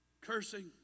cursing